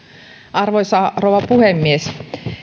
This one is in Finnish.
arvoisa rouva puhemies